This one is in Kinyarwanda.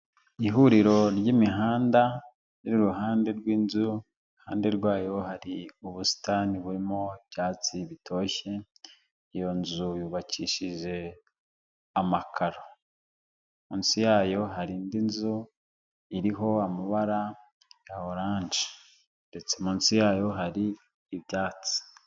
Ihuriro ry'imihanda iri iruhande rw'inzu iruhande rwayo hari ubusitani burimo ibyatsi bitoshye iyo nzu yubakishije amakaro, munsi yayo hari indi nzu iriho amabara ya oranje ndetse munsi yayo hari ibyatsi.